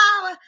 power